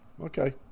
Okay